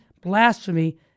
blasphemy